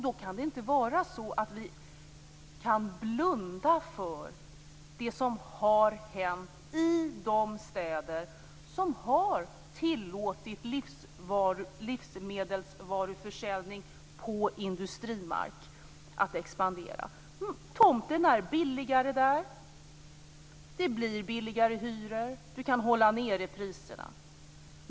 Då kan det inte vara så att vi blundar för det som har hänt i de städer som har tillåtit livsmedelsförsäljning på industrimark att expandera. Tomterna är billigare där, det blir lägre hyror och du kan hålla nere priserna.